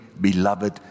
beloved